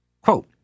quote